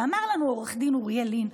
ואמר לנו עו"ד אוריאל לין,